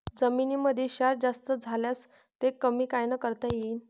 जमीनीमंदी क्षार जास्त झाल्यास ते कमी कायनं करता येईन?